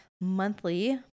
monthly